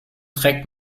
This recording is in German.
trägt